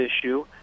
issue